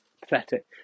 Pathetic